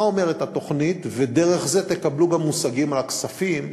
מה אומרת התוכנית ודרך זה גם תקבלו מושגים על הכספים,